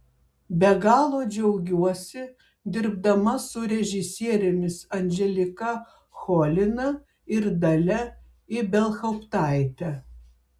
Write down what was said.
be galo džiaugiuosi dirbdama su režisierėmis anželika cholina ir dalia ibelhauptaite